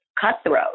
cutthroat